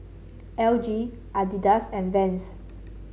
L G Adidas and Vans